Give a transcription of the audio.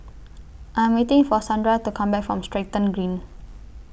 I Am waiting For Sandra to Come Back from Stratton Green